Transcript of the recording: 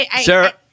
Sarah